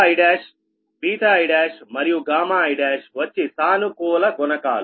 i i మరియు iవచ్చి సానుకూల గుణకాలు